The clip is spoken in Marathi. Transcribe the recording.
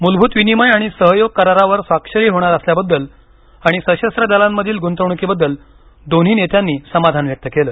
मूलभूत विनिमय आणि सहयोग करारावर स्वाक्षरी होणार असल्याबद्दल आणि सशस्त्र दलांमधील गृंतवणूकीबद्दल दोन्ही नेत्यांनी समाधान व्यक्त केलं